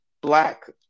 black